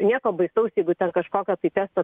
nieko baisaus jeigu ten kažkokio testo